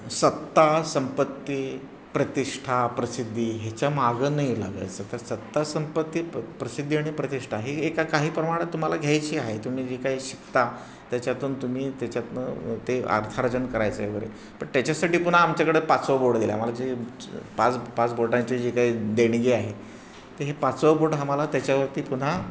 सत्ता संपत्ती प्रतिष्ठा प्रसिद्धी ह्याच्या मागं नाही लागायचं तर सत्ता संपत्ती प प्रसिद्धी आणि प्रतिष्ठा ही एका काही प्रमाणात तुम्हाला घ्यायची आहे तुम्ही जे काही शिकता त्याच्यातून तुम्ही त्याच्यातून ते अर्थार्जन करायचं आहे वगैरे पण त्याच्यासाठी पुन्हा आमच्याकडे पाचवं बोट दिलं आहे आम्हाला जे च पाच पाच बोटांची जे काही देणगी आहे ते हे पाचवं बोट आम्हाला त्याच्यावरती पुन्हा